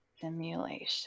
simulation